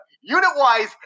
Unit-wise